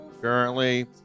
currently